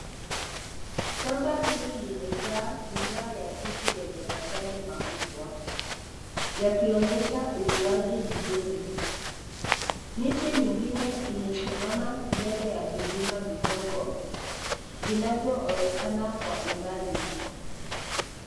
Shamba hili limejaa mimea ya ndizi yenye majani makubwa. Yakionyesha ukuaji mzuri. Miti mingine imesimama mbele ya vilima vidogo vinavyoonekana kwa umbali.